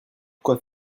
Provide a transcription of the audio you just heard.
quoi